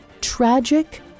tragic